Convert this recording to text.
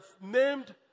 named